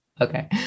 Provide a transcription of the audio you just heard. Okay